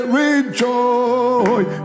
rejoice